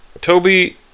Toby